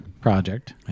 Project